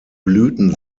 blüten